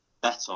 better